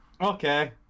Okay